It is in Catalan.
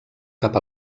cap